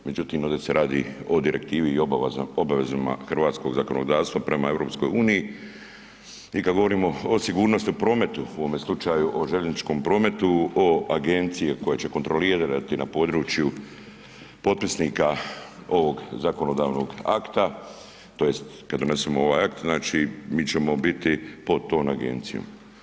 Međutim, ovdje se radi o direktivi i obavezama hrvatskog zakonodavstva prema EU i kada govorimo o sigurnosti u prometu u ovome slučaju o željezničkom prometu o agencije koje će kontrolirati na području potpisnika ovog zakonodavnog akta tj. kad donesemo ovaj akt, mi ćemo biti pod tom agencijom.